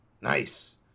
Nice